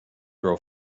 grow